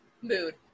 Mood